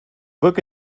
book